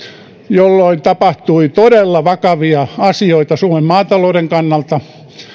jolloin tapahtui todella vakavia asioita suomen maatalouden kannalta